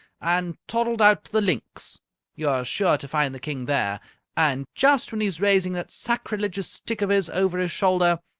and toddled out to the linx you're sure to find the king there and just when he's raising that sacrilegious stick of his over his shoulder